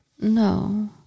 No